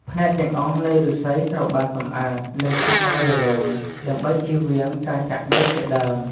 ផ្នែកទាំងអស់នៃឫស្សីត្រូវបានសម្អាត និងខាត់ឲ្យរលោង ដើម្បីជៀសវាងការចាក់ដៃជាដើម។